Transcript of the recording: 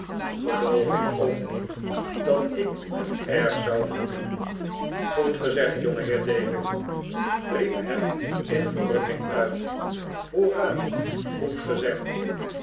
geloof ik ook niet dat ik het erg zou voelen goed gezegd jongeheer david riep ham in verrukking uit hoera goed gezegd